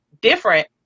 different